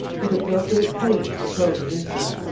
he took no great pains to probe the mystery.